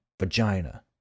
vagina